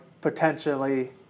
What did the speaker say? potentially